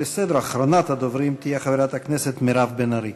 אחרונת הדוברים תהיה חברת הכנסת מירב בן ארי.